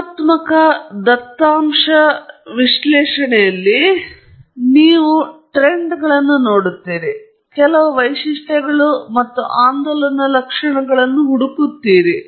ಗುಣಾತ್ಮಕ ದತ್ತಾಂಶ ವಿಶ್ಲೇಷಣೆಯಲ್ಲಿ ಉದಾಹರಣೆಗೆ ನೀವು ಟ್ರೆಂಡ್ಗಳನ್ನು ನೋಡುತ್ತೀರಿ ನೀವು ಕೆಲವು ವೈಶಿಷ್ಟ್ಯಗಳು ಮತ್ತು ಆಂದೋಲನದ ಲಕ್ಷಣಗಳನ್ನು ಹುಡುಕುತ್ತಿದ್ದೀರಿ